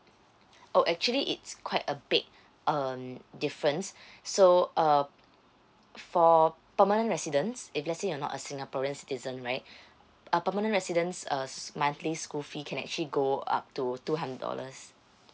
oh actually it's quite a big um difference so uh for permanent residents if let's say you're not a singaporean citizen right a permanent resident's err monthly school fee can actually go up to two hundred dollars